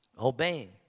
Obeying